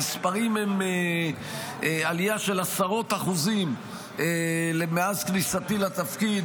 המספרים הם עלייה של עשרות אחוזים מאז כניסתי לתפקיד